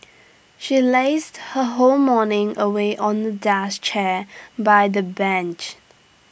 she lazed her whole morning away on A deck chair by the beach